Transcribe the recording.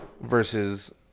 versus